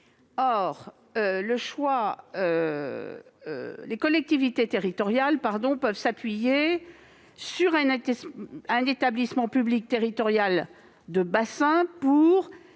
! Les collectivités territoriales peuvent s'appuyer sur un établissement public territorial de bassin